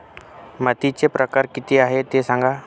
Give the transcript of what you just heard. मातीचे प्रकार किती आहे ते सांगा